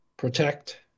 protect